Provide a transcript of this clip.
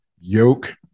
yoke